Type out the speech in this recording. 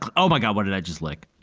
and oh my god. what did i just lick?